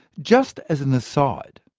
just as an aside,